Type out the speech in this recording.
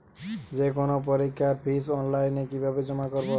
যে কোনো পরীক্ষার ফিস অনলাইনে কিভাবে জমা করব?